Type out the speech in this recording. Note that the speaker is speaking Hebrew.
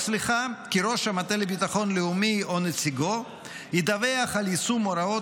כי ראש המטה לביטחון לאומי או נציגו ידווחו על יישום הוראות